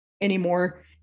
anymore